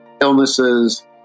illnesses